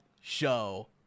show